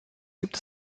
gibt